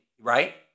right